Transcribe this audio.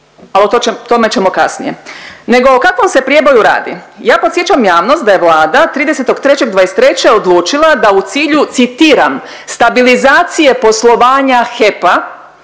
a o tome ćemo kasnije, nego o kakvom se prijeboju radi? Ja podsjećam javnost da je Vlada 30.3.'23. odlučila da u cilju, citiram, stabilizacije poslovanja HEP-a,